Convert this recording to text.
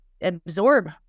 absorb